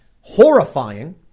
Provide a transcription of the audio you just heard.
horrifying